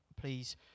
Please